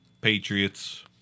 Patriots